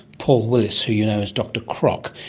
paul willis, who you know as dr croc.